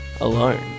Alone